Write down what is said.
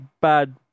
bad